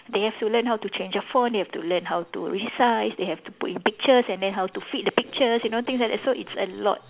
they have to learn how to change the font they have to learn how to resize they have to put in pictures and then how to fit the pictures you know things like that so it's a lot